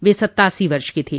वे सत्तासी वर्ष के थे